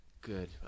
Good